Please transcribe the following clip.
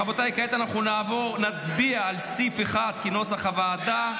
רבותיי, כעת אנחנו נצביע על סעיף 1 כנוסח הוועדה.